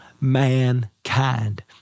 mankind